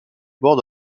bords